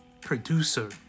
producer